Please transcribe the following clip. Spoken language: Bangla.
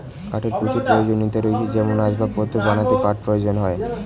কাঠের প্রচুর প্রয়োজনীয়তা রয়েছে যেমন আসবাবপত্র বানাতে কাঠ প্রয়োজন হয়